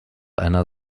einer